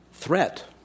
threat